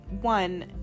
one